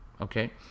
okay